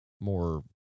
more